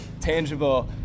tangible